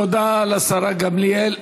תודה לשרה גמליאל.